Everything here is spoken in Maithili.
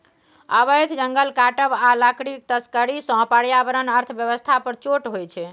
अबैध जंगल काटब आ लकड़ीक तस्करी सँ पर्यावरण अर्थ बेबस्था पर चोट होइ छै